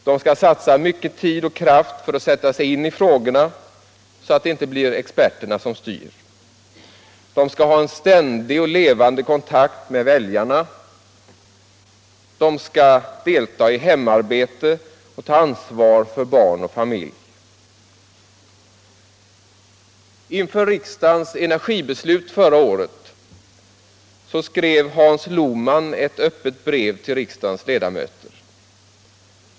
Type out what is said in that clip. De skall satsa mycket tid och kraft för att sätta sig in i frågorna så att det inte blir experterna som styr. De skall ha en ständig och levande kontakt med väljarna. De skall delta i hemarbete och ta ansvar för barn och familj. Inför riksdagens energibeslut förra året skrev Hans Lohman ett öppet brev till riksdagens ledamöter.